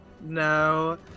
No